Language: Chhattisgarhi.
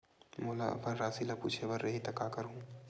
मोला अपन राशि ल पूछे बर रही त का करहूं?